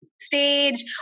stage